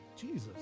Jesus